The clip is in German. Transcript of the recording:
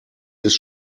ist